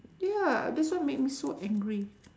ya this one make me so angry